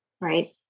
right